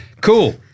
cool